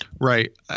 right